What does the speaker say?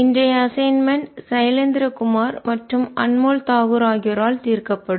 இன்றைய அசைன்மென்ட் சைலேந்திர குமார் மற்றும் அன்மோல் தாக்கூர் ஆகியோரால் தீர்க்கப்படும்